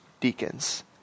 deacons